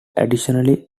additionally